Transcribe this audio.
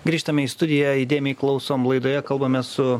grįžtame į studiją įdėmiai klausom laidoje kalbamės su